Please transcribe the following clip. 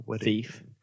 Thief